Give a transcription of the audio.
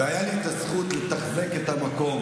והייתה לי הזכות לתחזק את המקום.